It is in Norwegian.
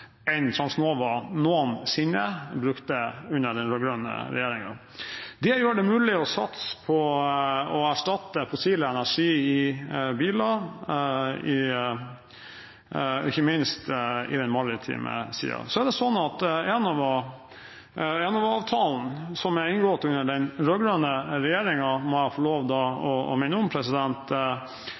enn Transnova noensinne brukte under den rød-grønne regjeringen. Det gjør det mulig å satse på å erstatte fossil energi i biler og ikke minst på den maritime siden. Enova-avtalen som ble inngått under den rød-grønne regjeringen, må jeg få lov å minne om, peker på at for å være kvalifisert til å